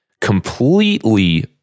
completely